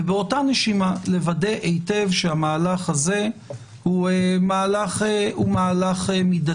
ובאותה נשימה לוודא היטב שהמהלך הזה הוא מהלך מידתי.